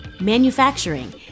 manufacturing